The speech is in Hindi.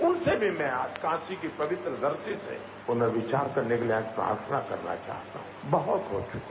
उनसे भी मैं आज काशी की पवित्र धरती से पुनर्विचार करने के लिएआज प्रार्थना करना चाहता हूं बहुत हो चुका